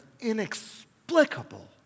inexplicable